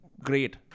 great